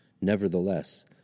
Nevertheless